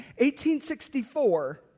1864